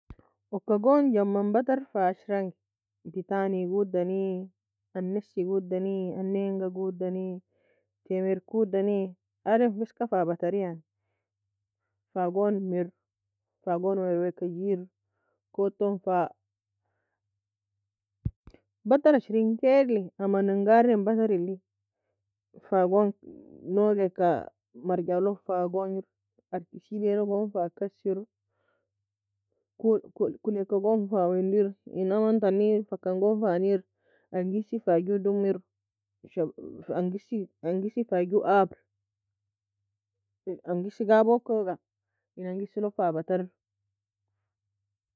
Oka gon jaman bater fa ashrange, betani godani, anesi godani, aneinga godani, temir kodani, adem feska fa batari yani. Fagon mire fa gon werweka gier, koud tone fa bater ashrienkail, amningarin buterili. Fa gon nougeka marjalog fa gugnir arki sebaie logn fa kassir kole koleeka gon fa wandir in amntani fakan gon fa neair, angisi fa je dumir, angisi angisi fa ju abur angisi ga abrr, ingisig abokouga in angisi log fa bataro.